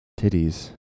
titties